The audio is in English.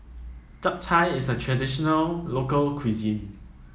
Japchae is a traditional local cuisine